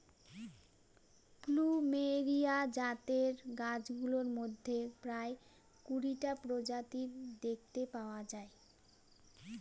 plumeria জাতের গাছগুলোর মধ্যে প্রায় কুড়িটা প্রজাতি দেখতে পাওয়া যায়